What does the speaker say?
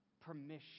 permission